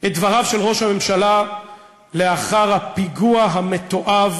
את דבריו של ראש הממשלה לאחר הפיגוע המתועב